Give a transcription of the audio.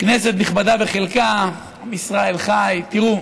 כנסת נכבדה, בחלקה, עם ישראל חי, תראו,